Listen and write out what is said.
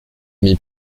mis